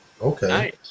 Okay